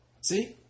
See